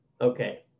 Okay